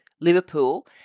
Liverpool